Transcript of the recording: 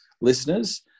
listeners